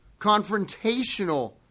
confrontational